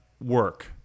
work